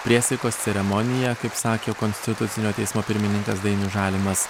priesaikos ceremonija kaip sakė konstitucinio teismo pirmininkas dainius žalimas